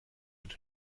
wird